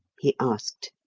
he asked.